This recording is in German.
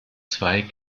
zwei